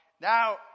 now